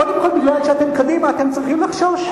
קודם כול, בגלל שאתם קדימה אתם צריכים לחשוש.